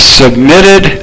submitted